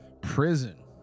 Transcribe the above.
Prison